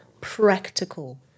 practical